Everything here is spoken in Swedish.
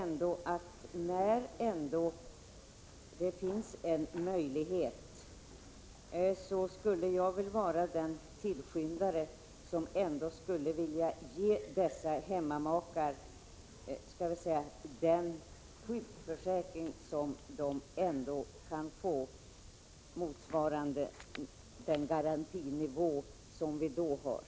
När det nu finns en möjlighet skulle jag vilja förorda en lösning som i framtiden ger hemmamakar en sjukförsäkring med en garantinivå motsvarande de krav som då kan bli aktuella.